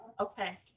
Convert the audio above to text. okay